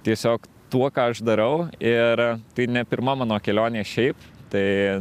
tiesiog tuo ką aš darau ir tai ne pirma mano kelionė šiaip tai